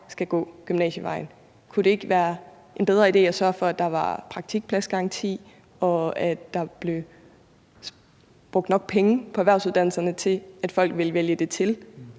skal gå gymnasievejen. Kunne det ikke være en bedre idé at sørge for, at der var praktikpladsgaranti, og at der blev brugt nok penge af på erhvervsuddannelserne, til at folk ville vælge det til